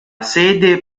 sede